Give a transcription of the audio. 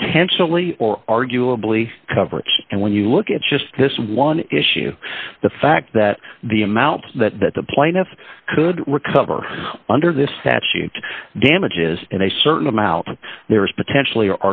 potentially or arguably coverage and when you look at just this one issue the fact that the amount that the plaintiff could recover under this statute damages in a certain amount there is potentially